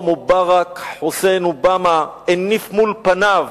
שבה מובארק חוסיין אובמה הניף מול פניו,